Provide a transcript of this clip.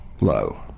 low